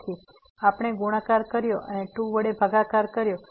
તેથી આપણે ગુણાકાર કર્યો અને ૨ વડે ભાગાકાર કર્યો